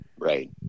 right